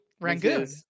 Rangoon